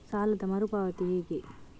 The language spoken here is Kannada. ಸಾಲದ ಮರು ಪಾವತಿ ಹೇಗೆ?